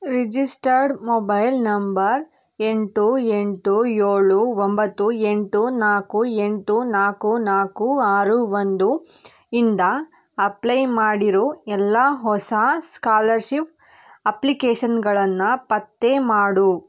registered mobile number ಎಂಟು ಎಂಟು ಏಳು ಒಂಬತ್ತು ಎಂಟು ನಾಲ್ಕು ಎಂಟು ನಾಲ್ಕು ನಾಲ್ಕು ಆರು ಒಂದು ಇಂದ ಅಪ್ಲೈ ಮಾಡಿರೋ ಎಲ್ಲ ಹೊಸ ಸ್ಕಾಲರ್ಶಿಪ್ ಅಪ್ಲಿಕೇಷನ್ಗಳನ್ನು ಪತ್ತೆ ಮಾಡು